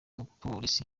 mupolisi